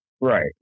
Right